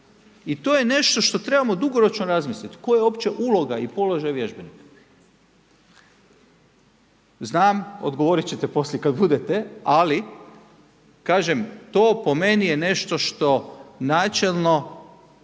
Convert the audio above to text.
I to je nešto što trebamo dugoročno razmisliti koja je uopće uloga i položaj vježbenika. Znam, odgovoriti ćete poslije kada bude, ali kažem to po meni je nešto što načelno